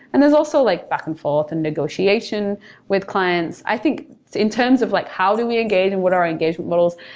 and there's also like back and forth and negotiation with clients. i think in terms of like how do we engage and what our engagement models,